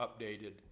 updated